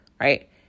right